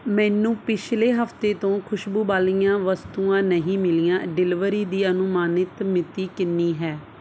ਮੈਨੂੰ ਪਿਛਲੇ ਹਫ਼ਤੇ ਤੋਂ ਖੁਸ਼ਬੂ ਵਾਲੀਆਂ ਵਸਤੂਆਂ ਨਹੀਂ ਮਿਲੀਆਂ ਡਿਲੀਵਰੀ ਦੀ ਅਨੁਮਾਨਿਤ ਮਿਤੀ ਕਿੰਨੀ ਹੈ